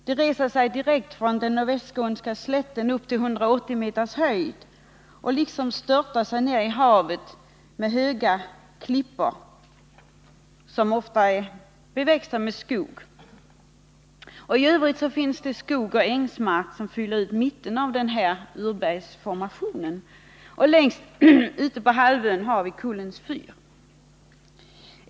Det reser sig från nordskånska slätten direkt upp till 180 m höjd och liksom störtar sig ner i havet med höga klippor, som ofta är beväxta med skog. I övrigt finns där skog och ängsmark, som fyller ut mitten av urbergsformationen. Längst ute på halvön har vi Kullens fyr.